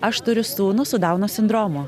aš turiu sūnų su dauno sindromu